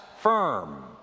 firm